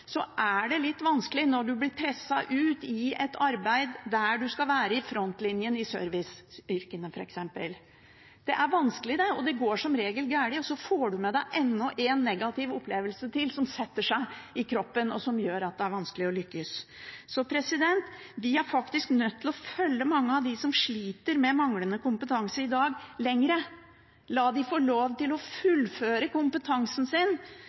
er det litt vanskelig når man blir presset ut i et arbeid der man skal være i frontlinjen i et serviceyrke f.eks. Det er vanskelig. Det går som regel galt, og så får man med seg enda en negativ opplevelse som setter seg i kroppen, og som gjør det vanskelig å lykkes. Vi er faktisk nødt til å følge mange av dem som sliter med manglende kompetanse i dag, lenger. La dem få lov til å fullføre kompetansen sin